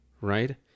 right